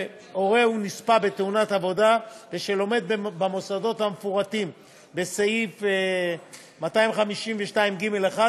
שהורהו נספה בתאונת עבודה ושלומד במוסדות המפורטים בסעיף 252 (ג1),